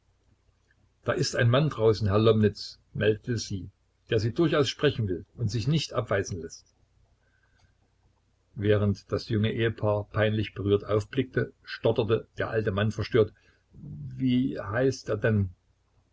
da ist ein mann draußen herr lomnitz meldete sie der sie durchaus sprechen will und sich nicht abweisen läßt während das junge ehepaar peinlich berührt aufblickte stotterte der alte mann verstört wie heißt er denn